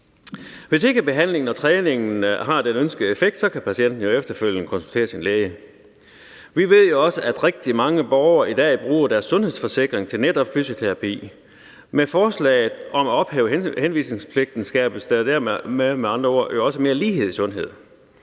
Hvis ikke behandlingen og træningen har den ønskede effekt, kan patienten jo efterfølgende konsultere sin læge. Vi ved jo også, at rigtig mange borgere i dag bruger deres sundhedsforsikring til netop fysioterapi. Med forslaget om at ophæve henvisningspligten skabes der dermed med